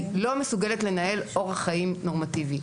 לא מסוגלת לנהל אורח חיים נורמטיבי.